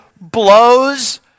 blows